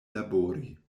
labori